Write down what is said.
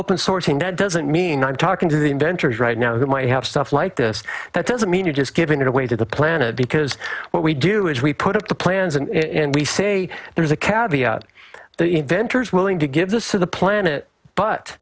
open sourcing that doesn't mean i'm talking to the inventors right now who might have stuff like this that doesn't mean you're just giving it away to the planet because what we do is we put up the plans and we say there's a cab inventors willing to give this to the planet but